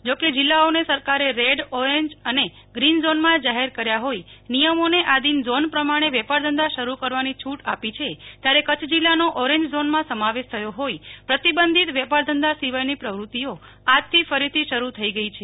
જો કે જિલ્લાઓને સરકારે રેડ ઓરેન્જ અને ગ્રીન ઝોનમાં જાહેર કાર્ય હોઈ નિયમોને આધીન ઝોન પ્રમાણે વેપાર ધંધા શરુ કરવાની છૂટ આપી છે ત્યારે કચ્છ જીલ્લાનો ઓરેન્જ ઝોન માં સમાવેશ થયો હોઈ પ્રતિબંધિત વેપાર ધંધા સિવાયની પ્રવૃતિઓ આજથી ફરીથી શરૂ થઇ ગઈ છે